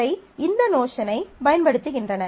இவை இந்த நோஷனைப் பயன்படுத்துகின்றன